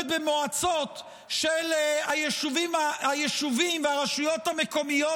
במועצות של היישובים והרשויות המקומיות,